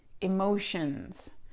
emotions